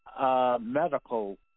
medical